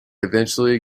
eventually